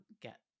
get